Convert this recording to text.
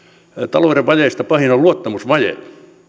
talouden vajeista pahin on luottamusvaje